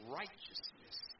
righteousness